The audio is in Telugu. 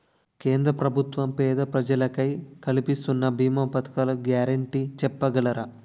కేంద్ర ప్రభుత్వం పేద ప్రజలకై కలిపిస్తున్న భీమా పథకాల గ్యారంటీ చెప్పగలరా?